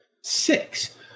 Six